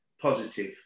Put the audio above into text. positive